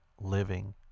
living